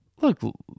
Look